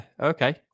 Okay